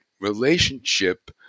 relationship